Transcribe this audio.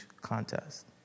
contest